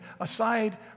aside